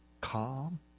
Calm